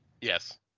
Yes